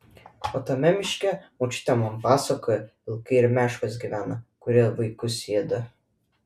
o tame miške močiutė man pasakojo vilkai ir meškos gyvena kurie vaikus ėda